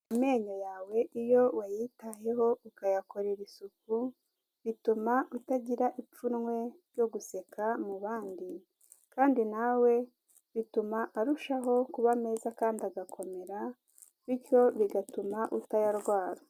Amenyo yawe iyo wayitayeho ukayakorera isuku, bituma utagira ipfunwe ryo guseka mu bandi. Kandi nawe bituma arushaho kuba meza kandi agakomera bityo bigatuma utayarwara.